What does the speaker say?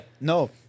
no